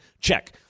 check